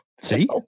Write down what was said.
See